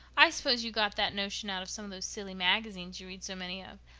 i suppose you got that notion out of some of those silly magazines you read so many of.